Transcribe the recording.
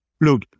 Look